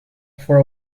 for